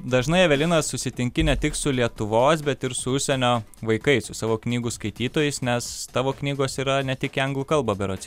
dažnai evelina susitinki ne tik su lietuvos bet ir su užsienio vaikais su savo knygų skaitytojais nes tavo knygos yra ne tik į anglų kalba berods